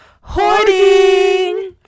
hoarding